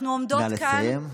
אנחנו עומדות כאן ואומרות,